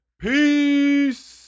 Peace